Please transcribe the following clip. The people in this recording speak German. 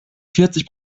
vierzig